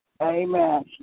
Amen